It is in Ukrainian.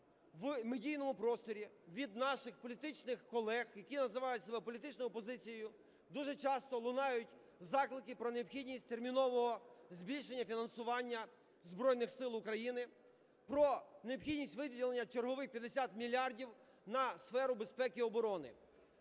в медійному просторі від наших політичних колег, які називають себе політичною опозицією, дуже часто лунають заклики про необхідність термінового збільшення фінансування Збройних Сил України, про необхідність виділення чергових 50 мільярдів на сферу безпеки і оборони.